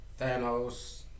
Thanos